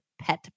pet